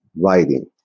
writing